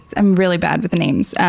i'm really bad with the names.